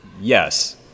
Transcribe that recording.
Yes